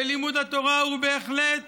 ולימוד התורה הוא בהחלט